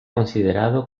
considerado